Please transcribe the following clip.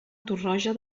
torroja